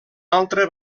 altre